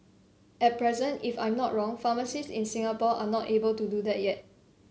at present if I'm not wrong pharmacists in Singapore are not able to do that yet